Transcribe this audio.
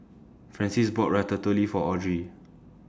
Francies bought Ratatouille For Audry